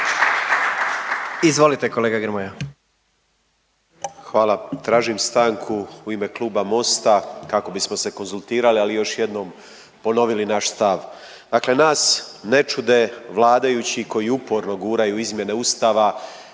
Izvolite kolega Grmoja.